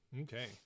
Okay